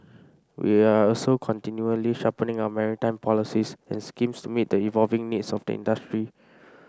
we are also continually sharpening our maritime policies and schemes to meet the evolving needs of the industry